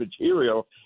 material